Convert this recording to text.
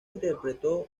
interpretó